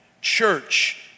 Church